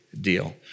deal